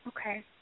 Okay